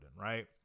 right